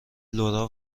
لورا